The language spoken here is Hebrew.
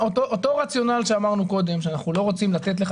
אותו רציונל שאמרנו קודם שאנחנו לא רוצים לתת לך